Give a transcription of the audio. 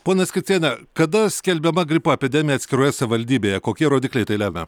ponia skrickiene kada skelbiama gripo epidemija atskiroje savivaldybėje kokie rodikliai tai lemia